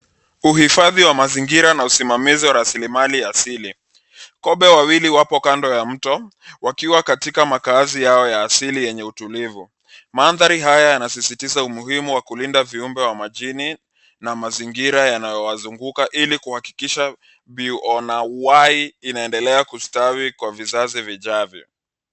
Uhifadhi wa mazingira na usimamizi wa rasilimali ya asili. Kobe wawili wapo kando ya mto wakiwa katika makazi yao ya asili yenye utulivu. Mandhari haya yanasisitiza umuhimu wa kulinda viumbe wa majini na mazingira yanayowazunguka ili kuhakikisha mbiu na uhai inaendelea kustawi kwa vizazi vijavyo.